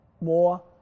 More